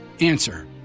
Answer